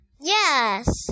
Yes